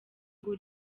ngo